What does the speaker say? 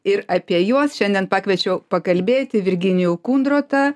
ir apie juos šiandien pakviečiau pakalbėti virginijų kundrotą